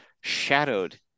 shadowed